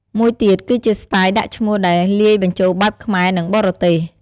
មួយទៀត គឺជាស្ទាយដាក់ឈ្មោះដែលលាយបញ្ចូលបែបខ្មែរ និង បរទេស។